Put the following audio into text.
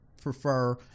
prefer